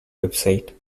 website